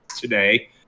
today